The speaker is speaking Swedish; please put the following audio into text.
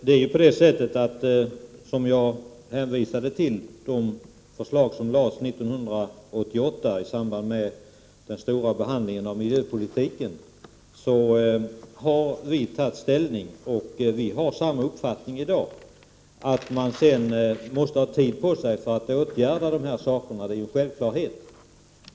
Herr talman! Jag hänvisade till de förslag som lades fram 1988 i samband med den stora behandlingen av miljöpolitiken. Vi har tagit ställning, och vi har samma uppfattning i dag. Att man sedan måste ha tid på sig för att åtgärda de här sakerna är en självklarhet.